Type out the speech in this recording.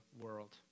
world